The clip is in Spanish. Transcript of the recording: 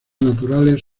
naturales